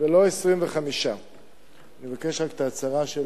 ולא 25. אני מבקש את ההצהרה של